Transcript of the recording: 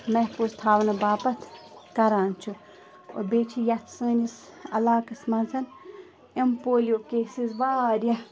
محفوٗظ تھاونہٕ باپتھ کران چھُ أ بیٚیہِ چھِ یَتھ سٲنِس علاقَس منٛز یِم پولیو کیسِز واریاہ